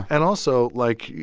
and also, like,